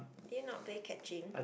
did you not play catching